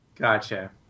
Gotcha